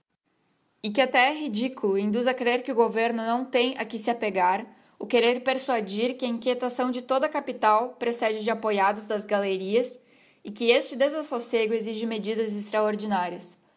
e que até é ridículo e induz a crer que o governo não tem a que se apegar o querer persuadir que a inquietação de toda a capital procede de apoiados das galerias e que este desassocego exige medidas extraordinárias